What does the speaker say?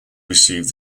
received